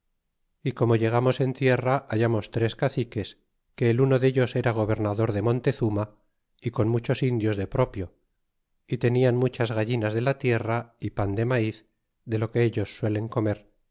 y como llegarnos en tierra hallarnos tres caciques que el uno dellos era gobernador de montezuma con muchos indios de propio y tenian muchas gallinas de la tierra y pan de maiz de lo que ellos suelen comer